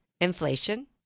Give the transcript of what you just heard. inflation